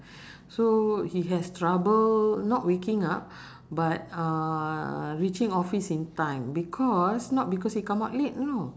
so he has trouble not waking up but uh reaching office in time because not because he come out late you know